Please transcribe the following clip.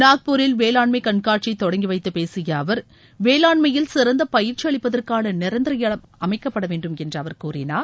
நாக்பூரில் வேளாண்மை கண்காட்சியை தொடங்கி வைத்து பேசிய அவர் வேளாண்மையில் சிறந்த பயிற்சி அளிப்பதற்கான நிரந்தர இடம் அமைக்கப்பட வேண்டும் என்று அவர் கூறினார்